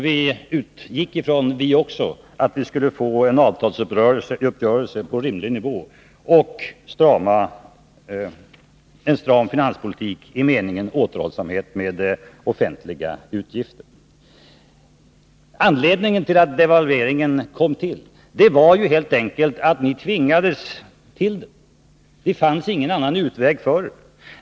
Vi utgick också ifrån att vi skulle få en avtalsuppgörelse på rimlig nivå, men dessutom en stram finanspolitik i meningen återhållsamhet med offentliga utgifter. Anledningen till devalveringen var helt enkelt att det inte fanns någon annan utväg för er.